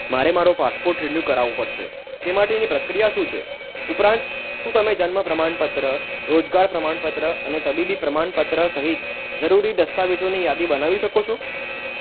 મારે મારો passport renew કરાવવો પડશે તે માટેની પ્રક્રિયા શું છે ઉપરાંત શું તમે જન્મ પ્રમાણપત્ર રોજગાર પ્રમાણપત્ર અને તબીબી પ્રમાણપત્ર સહિત જરૂરી દસ્તાવેજોની યાદી બનાવી શકો છો